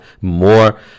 more